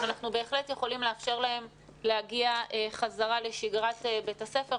אנחנו בהחלט יכולים לאפשר להם להגיע חזרה לשגרת בית הספר,